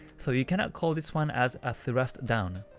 so you cannot call this one as ah thrust down.